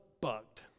bugged